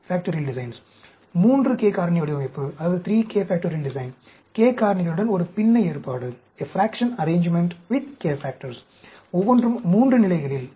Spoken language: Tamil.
3 k காரணி வடிவமைப்பு k காரணிகளுடன் ஒரு பின்ன ஏற்பாடு ஒவ்வொன்றும் 3 நிலைகளில்